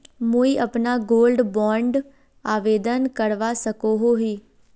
मुई अपना gold bond आवेदन करवा सकोहो ही?